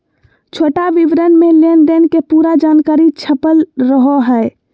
छोटा विवरण मे लेनदेन के पूरा जानकारी छपल रहो हय